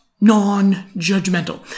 non-judgmental